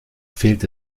fehlt